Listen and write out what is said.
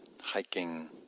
hiking